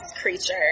creature